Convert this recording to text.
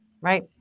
right